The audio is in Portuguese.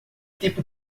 tipo